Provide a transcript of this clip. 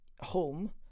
home